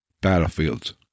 Battlefields